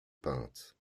peinte